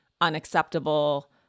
unacceptable